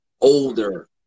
older